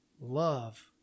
love